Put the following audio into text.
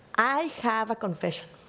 i have a confession.